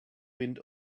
wind